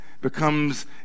becomes